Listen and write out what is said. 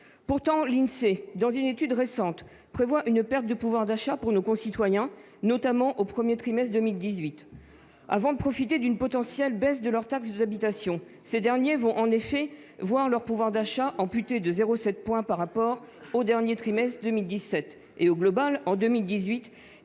Pourtant, une étude récente de l'INSEE prévoit une perte de pouvoir d'achat pour nos concitoyens, notamment au premier trimestre de 2018. Avant de profiter d'une potentielle baisse de leur taxe d'habitation, ces derniers vont, en effet, voir leur pouvoir d'achat amputé de 0,7 point par rapport au dernier trimestre 2017. Et globalement, en 2018,